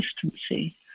consistency